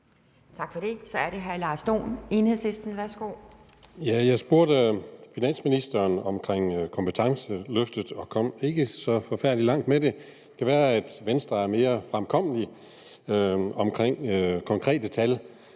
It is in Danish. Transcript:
Tak for det. Så er det hr. Lars Dohn, Enhedslisten, værsgo.